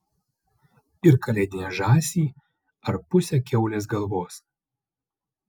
ir kalėdinę žąsį ar pusę kiaulės galvos